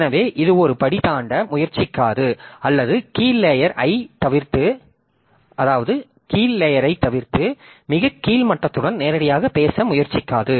எனவே இது ஒரு படி தாண்ட முயற்சிக்காது அல்லது கீழ் லேயர் ஐ தவிர்த்து மிகக் கீழ் மட்டத்துடன் நேரடியாகப் பேச முயற்சிக்காது